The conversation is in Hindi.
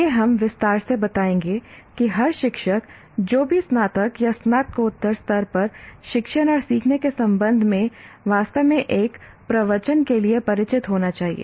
यह हम विस्तार से बताएंगे कि हर शिक्षक जो भी स्नातक या स्नातकोत्तर स्तर पर शिक्षण और सीखने के संबंध में वास्तव में एक प्रवचन के लिए परिचित होना चाहिए